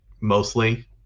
mostly